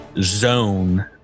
zone